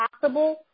possible